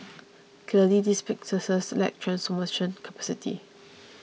clearly these businesses lack transformation capacity